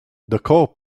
daco